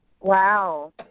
Wow